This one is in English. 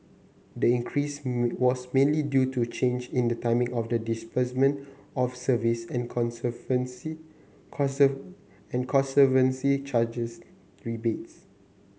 the increase was mainly due to a change in the timing of the disbursement of service and conservancy charges rebates